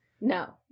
No